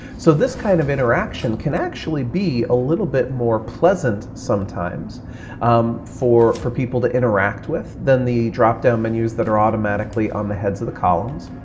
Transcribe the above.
so this kind of interaction can actually be a little bit more pleasant sometimes um for for people to interact with than the drop-down menus that are automatically on the heads of the columns,